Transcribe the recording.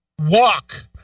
Walk